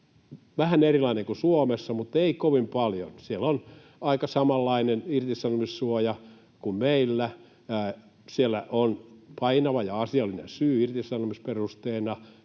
vähän erilainen kuin Suomessa, mutta ei kovin paljon. Siellä on aika samanlainen irtisanomissuoja kuin meillä. Siellä on ”painava ja asiallinen syy” irtisanomisperusteena.